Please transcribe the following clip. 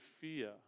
fear